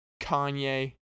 Kanye